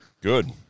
Good